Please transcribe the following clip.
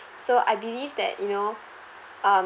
so I believe that you know um